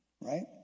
Right